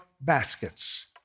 baskets